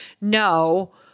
no